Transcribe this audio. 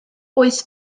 oes